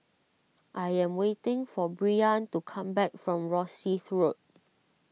I am waiting for Breann to come back from Rosyth Road